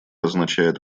означает